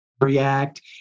react